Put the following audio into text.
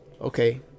Okay